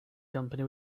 company